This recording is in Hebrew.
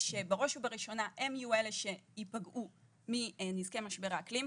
בראש ובראשונה הן יהיו אלה שייפגעו מנזקי משבר האקלים.